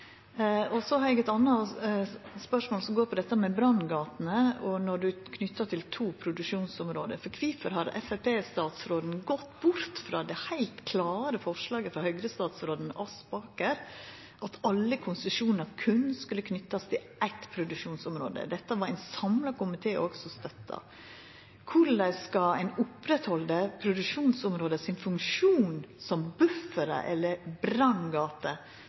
Så har eg eit anna spørsmål som går på dette med branngater når ein er knytt til to produksjonsområde. Kvifor har Framstegsparti-statsråden gått bort frå det heilt klare forslaget frå den tidlegare Høgre-statsråden Vik Aspaker om at alle konsesjonar berre skulle knytast til eitt produksjonsområde? Dette har ein samla komité òg støtta. Korleis skal ein oppretthalda produksjonsområdas funksjon som buffer eller branngate